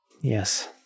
yes